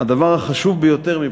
הדבר החשוב ביותר לומר,